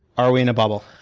are we in a bubble?